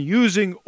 using